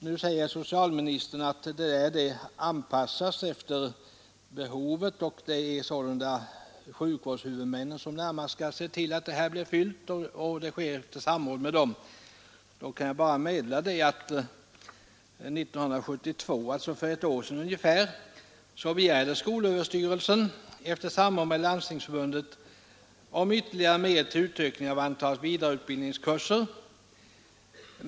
Nu säger socialministern att utbildningen anpassas efter behovet och att det närmast är sjukvårdshuvudmännen som skall se till att behovet blir tillgodosett. Detta sker efter samråd mellan landstingen och skolöverstyrelsen. Då kan jag bara meddela att 1972, alltså för ungefär ett år sedan, begärde skolöverstyrelsen, efter samråd med Landstingsförbundet, ytterligare medel till utökning av antalet vidareutbildningskurser.